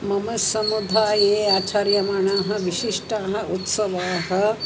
मम समुदाये आचार्यमाणाः विशिष्टाः उत्सवाः